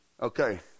Okay